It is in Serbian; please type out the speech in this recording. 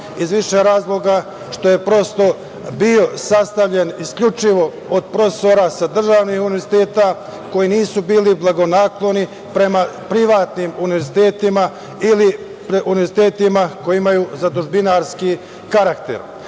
iz više razloga, što je prosto bio sastavljen isključivo od profesora sa državnih univerziteta, koji nisu bili blagonakloni prema privatnim univerzitetima ili univerzitetima koji imaju zadužbinarski karakter. Naravno,